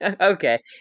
Okay